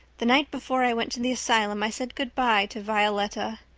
the night before i went to the asylum i said good-bye to violetta,